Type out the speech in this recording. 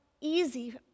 easy